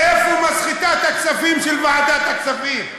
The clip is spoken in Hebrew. איפה מסחטת הכספים של ועדת הכספים?